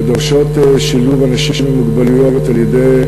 שדורשות שילוב אנשים עם מוגבלויות על-ידי